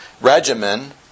regimen